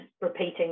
repeating